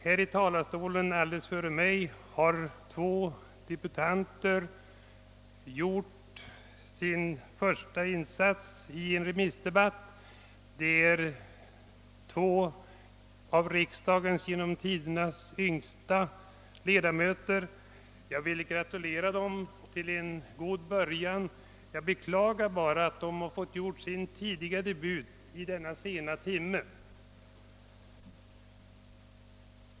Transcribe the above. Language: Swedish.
Här i talarstolen har alldeles före mig två debutanter gjort sin första insats i en remissdebatt. Det är två av riksdagens genom tiderna yngsta ledamöter, och jag vill gratulera dem till en god början. Jag beklagar bara att de har fått göra sin tidiga debut vid denna sena timme.